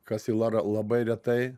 kas ylara labai retai